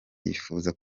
yifuza